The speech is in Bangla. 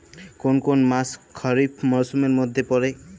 কোন কোন মাস খরিফ মরসুমের মধ্যে পড়ে?